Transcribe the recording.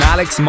Alex